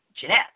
Jeanette